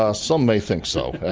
ah some may think so,